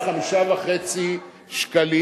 היה 5.5 שקלים.